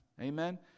Amen